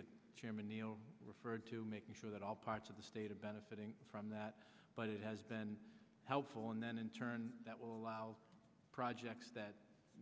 that chairman referred to making sure that all parts of the state of benefiting from that but it has been helpful and then in turn that will allow projects that